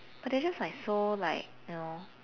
but they just like so like you know